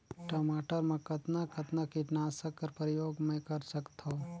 टमाटर म कतना कतना कीटनाशक कर प्रयोग मै कर सकथव?